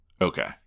Okay